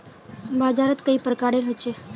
बाजार त कई प्रकार होचे?